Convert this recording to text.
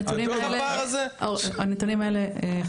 הנתונים האלה,